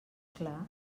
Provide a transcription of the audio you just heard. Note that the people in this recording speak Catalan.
clar